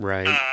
Right